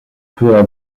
peu